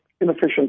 inefficient